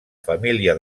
família